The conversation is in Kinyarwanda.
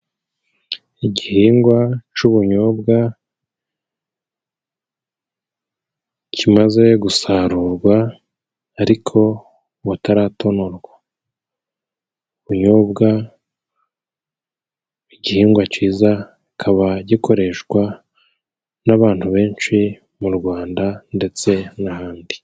Igihingwa c'ubunyobwa kimaze gusarurwa ariko butaratonorwa, Ubunyobwa, igihingwa cyiza kikaba gikoreshwa n'abantu benshi mu Rwanda ndetse n'ahandi.